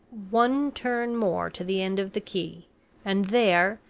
one turn more to the end of the quay and there,